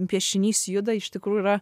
piešinys juda iš tikrųjų yra